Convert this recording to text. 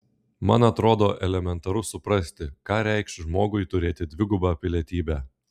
man atrodo elementaru suprasti ką reikš žmogui turėti dvigubą pilietybę